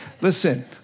Listen